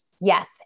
yes